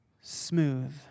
smooth